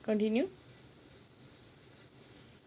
continue